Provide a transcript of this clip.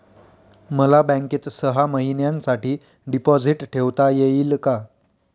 मला बँकेत सहा महिन्यांसाठी डिपॉझिट ठेवता येईल का?